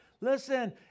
Listen